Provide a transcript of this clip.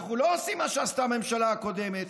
אנחנו לא עושים מה שעשתה הממשלה הקודמת.